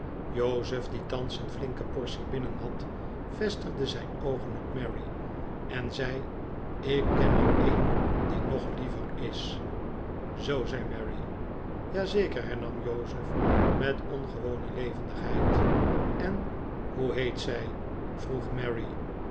jozef die thans een flinke portie binnen had vestigde zijn oogen op mary en zei ik ken er een die hog liever is zoo zei mary ja zeker hernam jozef met ongewone levendigheid en hoe heet zij vroeg